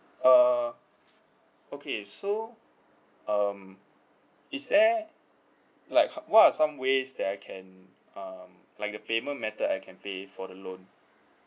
uh okay so um is there like ho~ what are some ways that I can um like the payment method I can pay for the loan